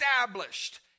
established